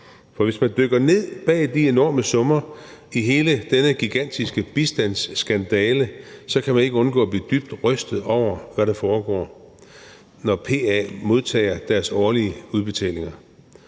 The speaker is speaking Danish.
For hvis man dykker ned i de enorme summer i hele denne gigantiske bistandsskandale, kan man ikke undgå at blive dybt rystet over, hvad der foregår, når PA modtager deres årlige udbetalinger